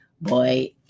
boy